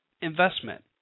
investment